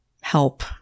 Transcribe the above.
help